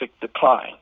decline